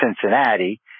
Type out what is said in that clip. Cincinnati